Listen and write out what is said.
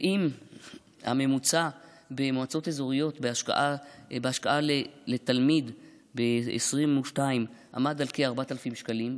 ואם הממוצע במועצות אזוריות בהשקעה לתלמיד ב-2022 עמד על כ-4,000 שקלים,